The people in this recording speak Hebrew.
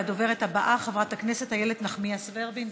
הדוברת הבאה, חברת הכנסת איילת נחמיאס ורבין.